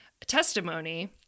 testimony